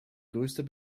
größter